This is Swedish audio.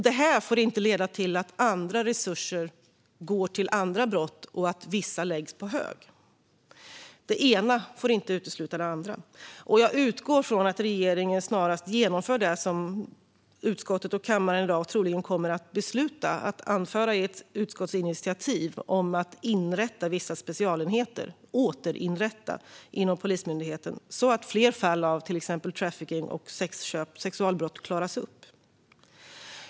Detta får inte leda till att resurser tas från andra brott och att ärenden läggs på hög. Det ena får inte utesluta det andra. Jag utgår från att regeringen snarast genomför det som kammaren i dag troligen kommer att besluta, nämligen ett utskottsinitiativ om att återinrätta vissa specialenheter inom Polismyndigheten, så att fler fall av till exempel trafficking och sexualbrott klaras upp.